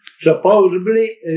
Supposedly